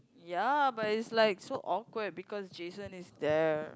ya but it's like so awkward because Jason is there